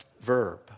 verb